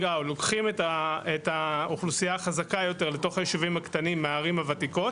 לוקחים את האוכלוסייה החזקה יותר לתוך הישובים הקטנים מהערים הוותיקות